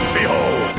behold